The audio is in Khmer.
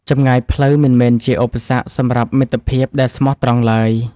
ចម្ងាយផ្លូវមិនមែនជាឧបសគ្គសម្រាប់មិត្តភាពដែលស្មោះត្រង់ឡើយ។